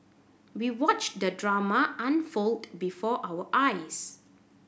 we watched the drama unfold before our eyes